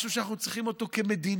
משהו שאנחנו צריכים אותו כמדינה,